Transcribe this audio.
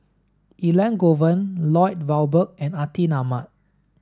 Elangovan Lloyd Valberg and Atin Amat